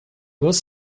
was